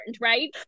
right